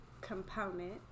component